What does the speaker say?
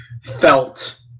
felt